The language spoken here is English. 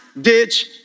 ditch